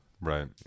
right